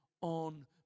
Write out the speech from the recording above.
on